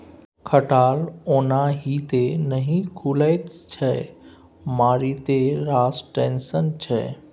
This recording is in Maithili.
खटाल ओनाहिते नहि खुलैत छै मारिते रास टेंशन छै